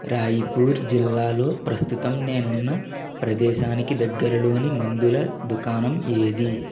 రాయిపూర్ జిల్లాలో ప్రస్తుతం నేనున్న ప్రదేశానికి దగ్గరలోని మందుల దుకాణం ఏది